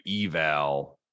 eval